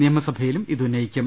നിയമസഭയിലും ഇതുന്നയിക്കും